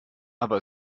aber